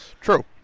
True